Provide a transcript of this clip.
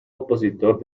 opositor